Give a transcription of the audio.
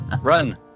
Run